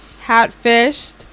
hat-fished